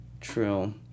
True